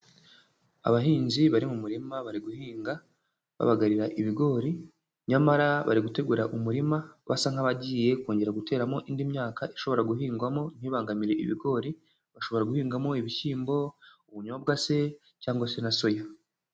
Abahinzi bari mu murima bari guhinga, babagarira ibigori, nyamara bari gutegura umurima basa nk'abagiye kongera guteramo indi myaka ishobora guhingwamo ntibangamire ibigori, bashobora guhingamo ibishyimbo, ubunyobwa se, cyangwa se na soya.